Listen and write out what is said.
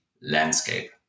landscape